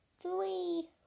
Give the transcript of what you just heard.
three